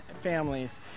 families